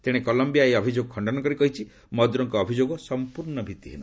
ତେଣେ କଲୟିଆ ଏହି ଅଭିଯୋଗକୁ ଖଣ୍ଡନ କରି କହିଛି ମଦୁରୋଙ୍କ ଅଭିଯୋଗ ସଂପ୍ରର୍ଣ୍ଣ ଭିତ୍ତିହୀନ